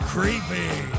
Creepy